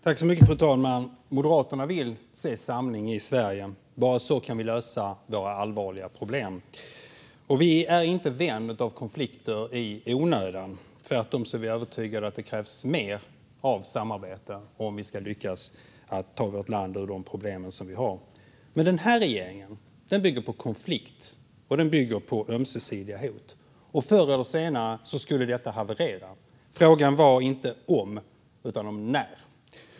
Fru talman! Moderaterna vill se samling i Sverige. Bara så kan vi lösa våra allvarliga problem. Vi är inte vän av konflikter i onödan. Tvärtom är vi övertygade om att det krävs mer av samarbete om vi ska lyckas ta vårt land ur de problem som vi har. Men den här regeringen bygger på konflikt och ömsesidiga hot. Förr eller senare skulle detta haverera. Frågan var inte om utan när.